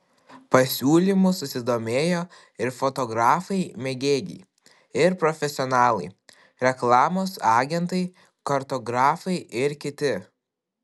pasiūlymu susidomėjo ir fotografai mėgėjai ir profesionalai reklamos agentai kartografai ir kiti